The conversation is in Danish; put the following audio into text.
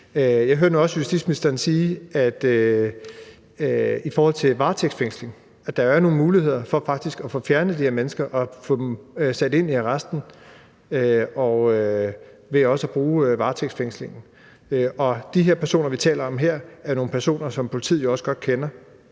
til varetægtsfængsling er nogle muligheder for faktisk at få fjernet de her mennesker og få dem sat ind i arresten, nemlig ved også at bruge varetægtsfængslingen. Og de personer, vi taler om her, er nogle personer, som politiet også godt kender